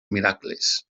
miracles